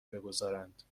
بگذارند